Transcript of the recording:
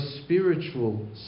spiritual